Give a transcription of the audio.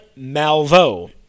Malvo